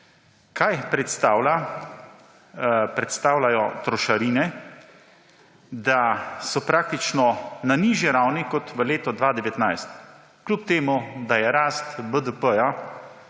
kaj predstavljajo trošarine, da so praktično na nižji ravni kot v letu 2019, kljub temu da se rast BDP